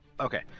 Okay